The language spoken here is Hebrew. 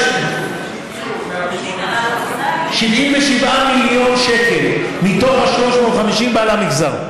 118. 77 מיליון שקל מתוך ה-350 בא למגזר,